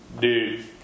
Dude